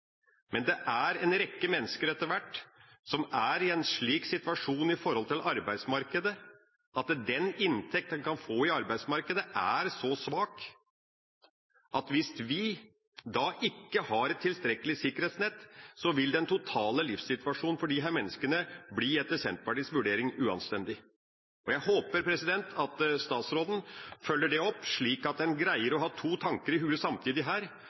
men det er etter hvert en rekke mennesker som er i en slik situasjon i forhold til arbeidsmarkedet at den inntekt de kan få i arbeidsmarkedet, er så svak at hvis vi da ikke har et tilstrekkelig sikkerhetsnett, vil den totale livssituasjonen for disse menneskene etter Senterpartiets vurdering bli uanstendig. Jeg håper at statsråden følger opp dette, slik at en her greier å ha to tanker i hodet samtidig: